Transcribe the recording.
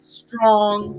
strong